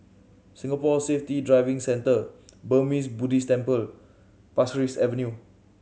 Singapore Safety Driving Centre Burmese Buddhist Temple Pasir Ris Avenue